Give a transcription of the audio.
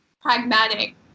pragmatic